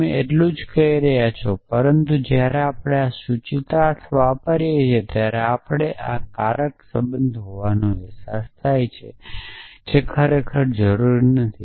તમે એટલું જ કહી રહ્યાં છો પરંતુ જ્યારે આપણે આ સૂચિતાર્થ વાંચીએ છીએ ત્યારે આપણને કારક સંબંધ હોવાનો અહેસાસ થાય છે જે ખરેખર તે જરૂરી નથી